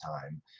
time